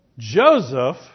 Joseph